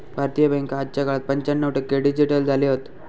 भारतीय बॅन्का आजच्या काळात पंच्याण्णव टक्के डिजिटल झाले हत